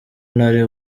ntari